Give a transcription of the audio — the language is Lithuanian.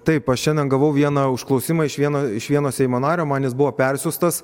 taip aš šiandien gavau vieną užklausimą iš vieno iš vieno seimo nario man jis buvo persiųstas